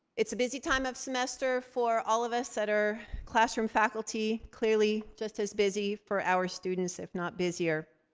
it's a busy time of semester for all of us that are classroom faculty, clearly just as busy for our students, if not busier.